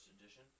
edition